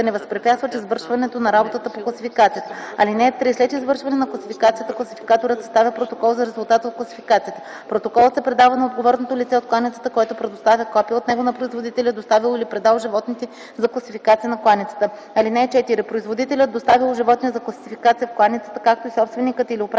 (4) Производителят, доставил животни за класификация в кланицата, както и собственикът или управителят